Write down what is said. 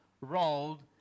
rolled